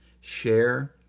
Share